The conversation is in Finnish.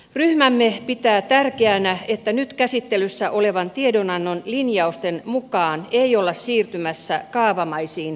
ryhmämme pitää tärkeänä että nyt käsittelyssä olevan tiedonannon linjausten mukaan ei olla siirtymässä kaavamaisiin pakkoliitoksiin